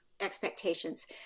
expectations